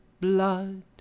blood